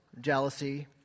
jealousy